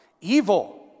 Evil